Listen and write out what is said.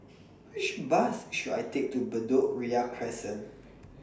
Which Bus should I Take to Bedok Ria Crescent